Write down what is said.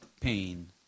pain